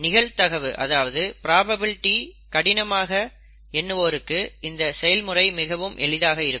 நிகழ்தகவு அதாவது பிராபபிலிட்டி கடினமாக எண்ணுவோருக்கு இந்த செயல்முறை மிகவும் எளிதாக இருக்கும்